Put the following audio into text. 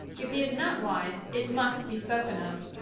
if he is not wise, it must be spoken of.